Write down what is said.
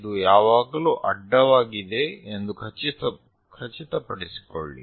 ಇದು ಯಾವಾಗಲೂ ಅಡ್ಡವಾಗಿದೆ ಎಂದು ಖಚಿತಪಡಿಸಿಕೊಳ್ಳಿ